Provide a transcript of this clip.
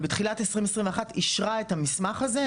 בתחילת 2021 אישרה את המסמך הזה,